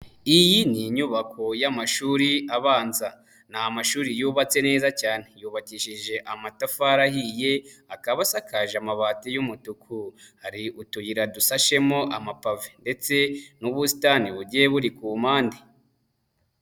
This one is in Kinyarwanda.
Iyi ni inyubako y'amashuri abanza. Ni amashuri yubatse neza cyane yubakishije amatafari ahiye, akaba asakaje amabati y'umutuku. Hari utuyira dusashemo amapavue ndetse n'ubusitani bugiye buri ku mpande.